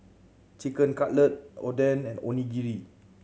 Chicken Cutlet Oden and Onigiri